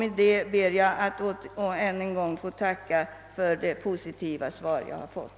Med dessa ord, herr talman, ber jag att än en gång få tacka för det positiva svar jag har fått.